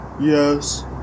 Yes